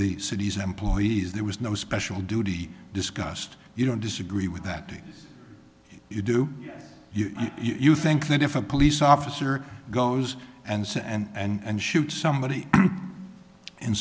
the city's employees there was no special duty discussed you don't disagree with that you do you think that if a police officer goes and says and shoots somebody in